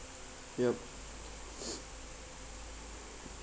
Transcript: yup